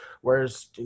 Whereas